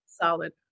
solid